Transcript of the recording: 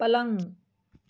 पलंग